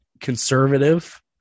conservative